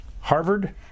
Harvard